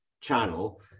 channel